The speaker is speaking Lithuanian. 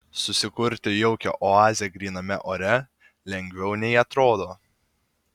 susikurti jaukią oazę gryname ore lengviau nei atrodo